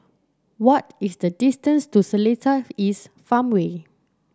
what is the distance to Seletar East Farmway